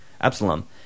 Absalom